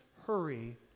hurry